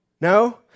No